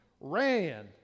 ran